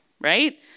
Right